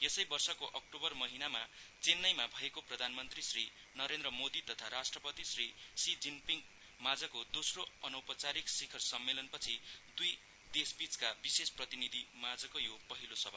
यसै वर्षको अक्टोबर महिनामा चेन्नाइमा भएको प्रधानमन्त्री श्री नरेन्द्र मोदी तथा राष्ट्रपति श्री सी जिनपिङ माझको दोस्रो अनौपचारिक सिखर सम्मेलन पछि दुई देशबीचका विशेष प्रतिनिधिमाझको यो पहिलो सभा हो